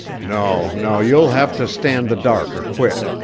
no, no, you'll have to stand the dark or quit.